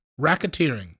Racketeering